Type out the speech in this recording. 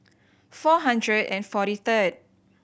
four hundred and forty third